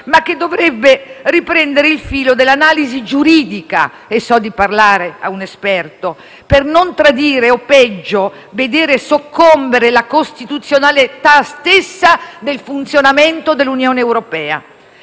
ma che dovrebbe riprendere il filo dell'analisi giuridica - e so di parlare a un esperto - per non tradire o, peggio, vedere soccombere la costituzionalità stessa del funzionamento dell'Unione europea.